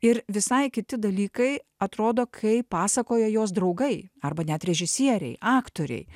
ir visai kiti dalykai atrodo kai pasakoja jos draugai arba net režisieriai aktoriai